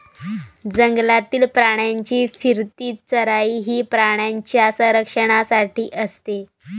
जंगलातील प्राण्यांची फिरती चराई ही प्राण्यांच्या संरक्षणासाठी असते